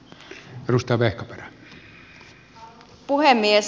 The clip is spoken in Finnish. arvoisa puhemies